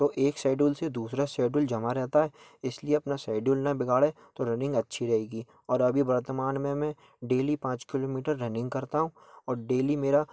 तो एक शेड्यूल से दूसरा शेड्यूल जमा रहता है इसलिए अपना शेड्यूल न बिगाड़ें तो रनिंग अच्छी रहेगी और अभी वर्तमान में मैं डेली पाँच किलोमीटर रनिंग करता हूँ और डेली मेरा